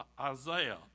Isaiah